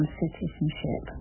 citizenship